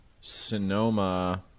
Sonoma